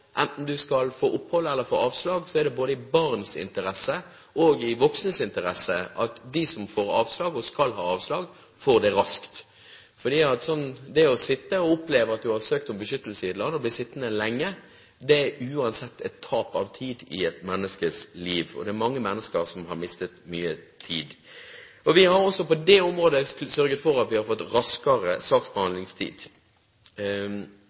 Enten en skal få opphold eller skal få avslag, er det i både barns og voksnes interesse at de som får avslag, og skal ha avslag, får det raskt. Det å ha søkt om beskyttelse i et land og oppleve å bli sittende lenge er uansett tap av tid i et menneskes liv. Og det er mange mennesker som har mistet mye tid. Vi har også på dette området sørget for at vi har fått raskere